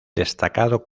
destacado